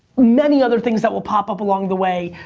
many other things that will pop up along the way.